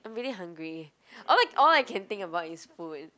I'm really hungry all I all I can think about is food